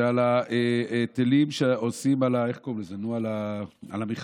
זה על ההיטלים שעושים על המכרות.